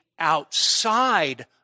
Outside